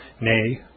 nay